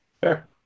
Fair